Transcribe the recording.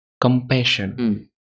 compassion